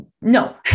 No